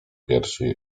piersi